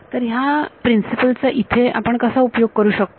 तर ह्या प्रिन्सिपल् चा इथे आपण कसा उपयोग करू शकतो